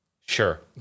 sure